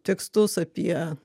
tekstus apie